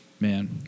man